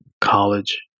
college